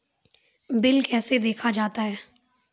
Bill कैसे देखा जाता हैं?